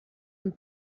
and